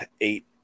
eight